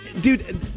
dude